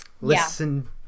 Listen